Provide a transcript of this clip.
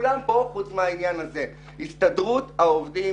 כולם פה חוץ מהעניין הזה שהסתדרות העובדים